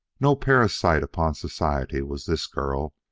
no parasite upon society was this girl.